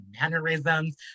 mannerisms